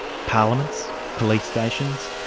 parliaments, police stations,